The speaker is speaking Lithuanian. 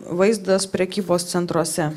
vaizdas prekybos centruose